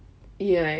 ya